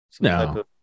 No